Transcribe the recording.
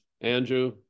Andrew